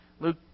Luke